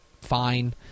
fine